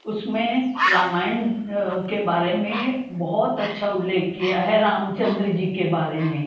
उसमें रामायण के बारे में बहुत अच्छा उल्लेख किया है राम चन्द्र जी के बारे में